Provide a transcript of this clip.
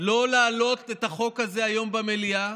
לא להעלות את החוק הזה היום במליאה,